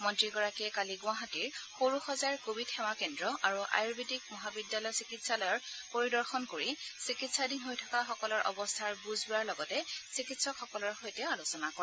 মন্ত্ৰীগৰাকীয়ে আজি গুৱাহাটীৰ সৰু সজাইৰ কোৱিড সেৱা কেন্দ্ৰ আৰু আয়ুৰ্বেদিক মহাবিদ্যালয় চিকিৎসালয় পৰিদৰ্শন কৰি চিকিৎসাধীন হৈ থকাসকলৰ অৱস্থাৰ বুজ লোৱাৰ লগতে চিকিৎসকসকলৰ সৈতে আলোচনা কৰে